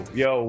yo